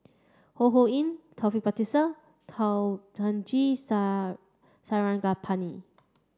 Ho Ho Ying Taufik Batisah Thamizhavel G Sar Sarangapani